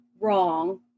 wrong